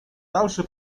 dalszy